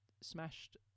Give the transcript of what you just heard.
smashed